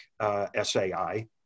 SAI